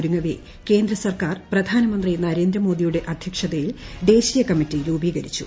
ഒരുങ്ങവെ കേന്ദ്ര സർക്കാർക്ക് പ്പ്ധാനമന്ത്രി നരേന്ദ്രമോദിയുടെ അധ്യക്ഷതയിൽ ദേശീയ ക്ട്മ്മിറ്റി രൂപീകരിച്ചു